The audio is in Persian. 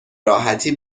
راحتی